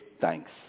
thanks